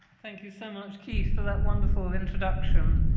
thank you so much, keith, for that wonderful introduction.